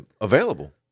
available